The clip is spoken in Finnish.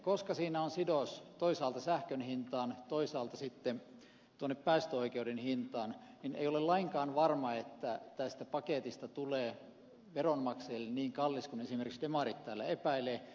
koska siinä on sidos toisaalta sähkön hintaan toisaalta päästöoikeuden hintaan niin ei ole lainkaan varma että tästä paketista tulee veronmaksajalle niin kallis kuin esimerkiksi demarit täällä epäilevät